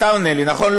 אתה עונה לי, נכון?